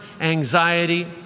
anxiety